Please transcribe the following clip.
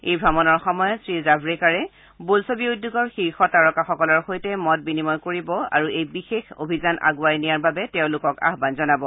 এই ভ্ৰমণৰ সময়ত শ্ৰীজাভডেকাৰে বোলছবি উদ্যোগৰ শীৰ্ষ তাৰকাসকলৰ সৈতে মত বিনিময় কৰিব আৰু এই বিশেষ অভিযান আগুৱাই নিয়াৰ বাবে তেওঁলোকক আহ্মন জনাব